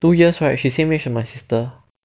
two years right she same age as my sister